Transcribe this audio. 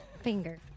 Finger